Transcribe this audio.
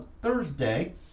thursday